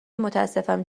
متاسفم